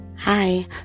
Hi